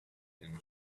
hidden